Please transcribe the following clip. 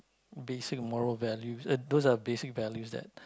basic moral values uh those are basic values that